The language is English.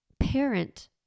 parent